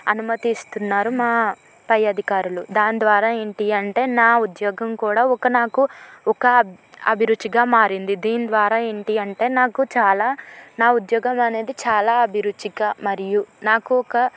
అనుమతిస్తున్నారు మా పై అధికారులు దాని ద్వారా ఏంటి అంటే నా ఉద్యోగం కూడా ఒక నాకు ఒక అభిరుచిగా మారింది దీని ద్వారా ఏంటి అంటే నాకు చాలా నా ఉద్యోగం అనేది చాలా అభిరుచిగా మరియు నాకు ఒక